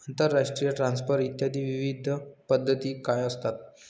आंतरराष्ट्रीय ट्रान्सफर इत्यादी विविध पद्धती काय असतात?